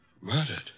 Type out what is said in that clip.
Murdered